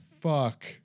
Fuck